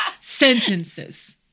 sentences